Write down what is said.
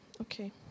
okay